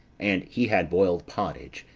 and he had boiled pottage,